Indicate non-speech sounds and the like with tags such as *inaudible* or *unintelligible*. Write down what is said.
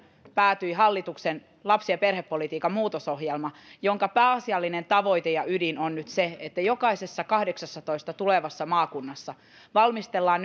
päätyi hallituksen lapsi ja perhepolitiikan muutosohjelma jonka pääasiallinen tavoite ja ydin on nyt se että jokaisessa kahdeksassatoista tulevassa maakunnassa valmistellaan *unintelligible*